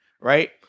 right